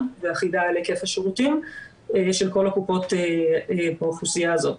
ואחידה על היקף השירותים של כל הקופות באוכלוסייה הזאת.